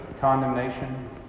condemnation